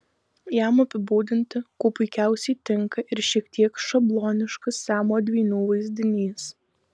jam apibūdinti kuo puikiausiai tinka ir šiek tiek šabloniškas siamo dvynių vaizdinys